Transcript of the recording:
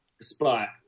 spot